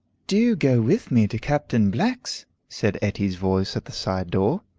do go with me to captain black's, said etty's voice at the side door.